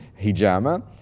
hijama